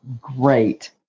great